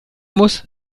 muss